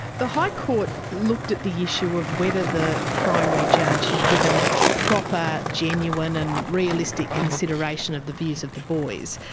the high court looked at the issue of whether the primary judge had given proper, genuine and realistic consideration of the views of the boys.